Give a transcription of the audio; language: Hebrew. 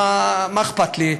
מה אכפת לי,